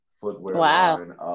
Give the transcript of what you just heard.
footwear